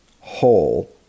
whole